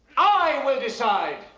i will decide!